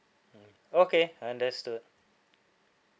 okay understood